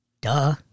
Duh